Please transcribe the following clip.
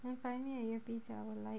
find me a earpiece I will like